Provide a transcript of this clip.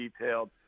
detailed